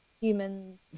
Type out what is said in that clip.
humans